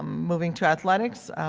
um moving to athletics,